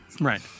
Right